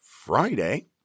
Friday